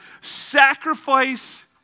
sacrifice